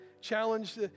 Challenge